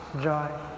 joy